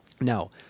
Now